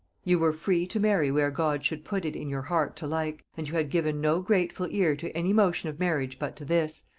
ye were free to marry where god should put it in your heart to like and you had given no grateful ear to any motion of marriage but to this,